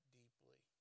deeply